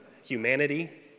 humanity